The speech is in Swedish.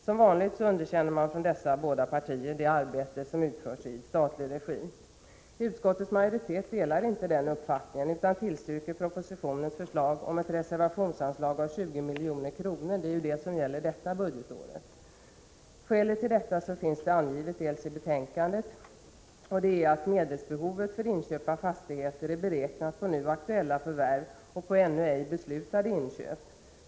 Som vanligt underkänner man från dessa båda partier det arbete som utförs i statlig regi. Utskottets majoritet delar inte den inställningen utan tillstyrker propositionens förslag om ett reservationsanslag om 20 milj.kr. Det är samma summa som anslagits för detta budgetår. Skälet till detta förslag är angivet i betänkandet, nämligen att medelsbehovet för inköp av fastigheter är beräknat på nu aktuella förvärv och på ännu ej beslutade inköp.